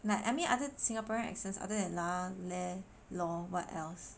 like I mean other Singaporean accents other than lah leh lor what else